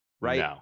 Right